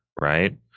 right